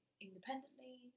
independently